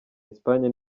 espagne